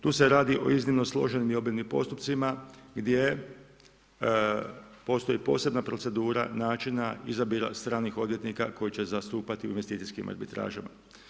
Tu se radi o iznimno složenim i obimnim postupcima gdje postoji posebna procedura načina izabira stranih odvjetnika koji će zastupati u investicijskim arbitražama.